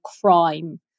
crime